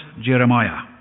Jeremiah